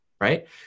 right